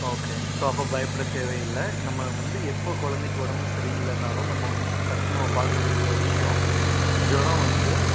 okay so அப்போ பயப்பட தேவையிலை நம்ம வந்து எப்போ குழந்தைக்கு உடம்பு சரியில்லனாலும் நம்ம வந்து ஃபஸ்ட் நம்ம பார்க்க வேண்டிய விஷயம் ஜொரம் வந்து